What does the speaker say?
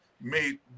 made